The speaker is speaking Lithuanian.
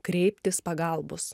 kreiptis pagalbos